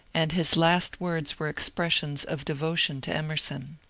and his last words were expressions of devo tion to emerson.